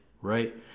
right